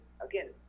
again